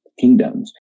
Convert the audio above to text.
kingdoms